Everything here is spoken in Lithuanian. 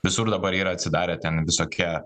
visur dabar yra atsidarę ten visokie